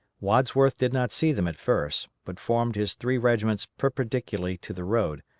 wadsworth did not see them at first, but formed his three regiments perpendicularly to the road,